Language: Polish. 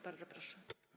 Bardzo proszę.